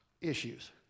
issues